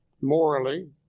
morally